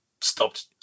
stopped